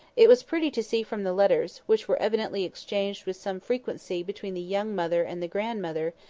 it was pretty to see from the letters, which were evidently exchanged with some frequency between the young mother and the grandmother,